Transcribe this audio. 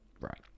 right